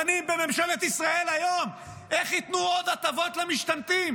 דנים בממשלת ישראל היום איך ייתנו עוד הטבות למשתמטים